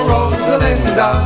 Rosalinda